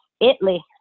Italy